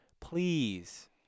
Please